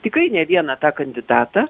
tikrai ne vieną tą kandidatą